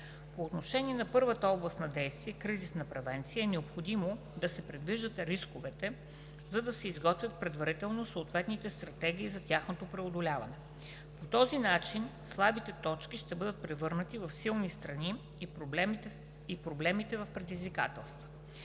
По отношение на първата област на действие – кризисна превенция, е необходимо да се предвиждат рисковете, за да се изготвят предварително съответните стратегии за тяхното преодоляване. По този начин слабите точки ще бъдат превърнати в силни страни и проблемите в предизвикателства.